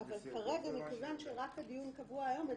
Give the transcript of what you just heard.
אז כל הדיון לכאורה צריך להיות היום.